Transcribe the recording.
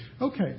Okay